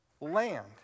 land